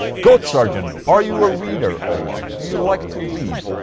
goat surgeon are you a reader, ola? do you like to read?